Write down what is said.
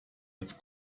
als